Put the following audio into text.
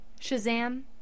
Shazam